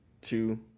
two